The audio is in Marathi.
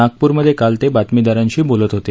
नागपूरमध्ये काल ते बातमीदारांशी बोलत होते